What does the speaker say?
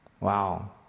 Wow